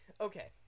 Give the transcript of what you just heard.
Okay